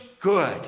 good